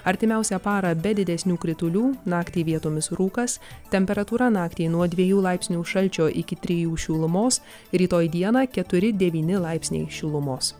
artimiausią parą be didesnių kritulių naktį vietomis rūkas temperatūra naktį nuo dviejų laipsnių šalčio iki trijų šilumos rytoj dieną keturi devyni laipsniai šilumos